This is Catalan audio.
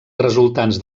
resultants